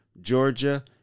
Georgia